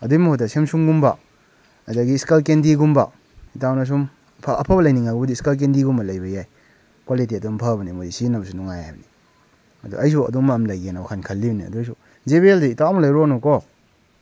ꯑꯗꯨꯏ ꯃꯍꯨꯠꯇ ꯁꯦꯝꯁꯨꯡꯒꯨꯝꯕ ꯑꯗꯒꯤ ꯏꯁꯀꯜ ꯀꯦꯟꯗꯤꯒꯨꯝꯕ ꯏꯇꯥꯎꯅ ꯁꯨꯝ ꯑꯐꯕ ꯂꯩꯅꯤꯡꯉꯕꯨꯗꯤ ꯏꯁꯀꯜ ꯀꯦꯟꯗꯤꯒꯨꯝꯕ ꯂꯩꯕ ꯌꯥꯏ ꯀ꯭ꯋꯥꯂꯤꯇꯤ ꯑꯗꯨꯝ ꯐꯥꯕꯅꯦ ꯃꯣꯏꯗꯤ ꯁꯤꯖꯤꯟꯅꯕꯁꯨ ꯅꯨꯡꯉꯥꯏ ꯍꯥꯏꯕꯅꯤ ꯑꯗꯣ ꯑꯩꯁꯨ ꯑꯗꯨꯝꯕ ꯑꯃ ꯂꯩꯒꯦꯅ ꯋꯥꯈꯜ ꯈꯜꯂꯤꯕꯅꯤ ꯑꯗꯨ ꯑꯣꯏꯔꯁꯨ ꯖꯦ ꯕꯤ ꯑꯦꯜꯗꯤ ꯏꯇꯥꯎ ꯑꯃ ꯂꯩꯔꯣꯅꯨꯀꯣ